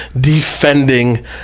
defending